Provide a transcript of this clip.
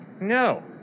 No